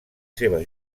seva